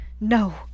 No